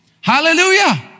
Hallelujah